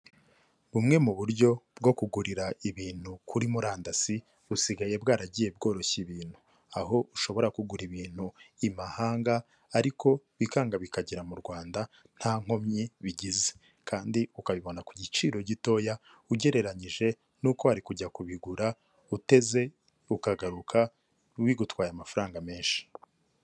Bumwe mu buryo bwo kugurira ibintu kuri murandasi busigaye bwaragiye bwoshya ibintu, aho ushobora kugura ibintu imahanga ariko bikanga bikagera mu Rwanda nta nkomyi bigize kandi ukabibona ku giciro gitoya ugereranyije n'uko wari kujya kubigura uteze ukagaruka bigutwaye amafaranga menshi.